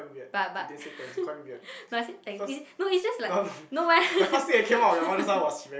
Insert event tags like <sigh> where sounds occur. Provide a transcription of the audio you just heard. but but )ppl) no I say thanks is it no is just like no eh <laughs>